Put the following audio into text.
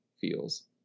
feels